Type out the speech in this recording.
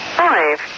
five